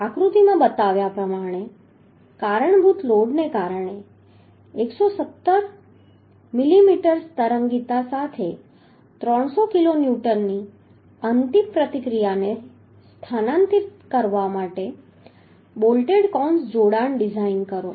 આકૃતિમાં બતાવ્યા પ્રમાણે કારણભૂત લોડને કારણે 170 મિલીમીટરની તરંગીતા સાથે 300 કિલોન્યુટનની અંતિમ પ્રતિક્રિયાને સ્થાનાંતરિત કરવા માટે બોલ્ટેડ કૌંસ જોડાણ ડિઝાઇન કરો